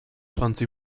franzi